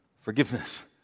forgiveness